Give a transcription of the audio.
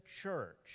church